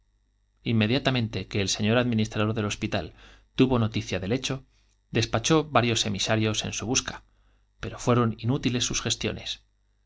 inmediatamente que el señor administrador del hospítal tuvo noticia del hecho despachó varios emisarios en su busca pero fueron inútiles sus gestioncs